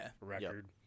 record